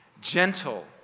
Gentle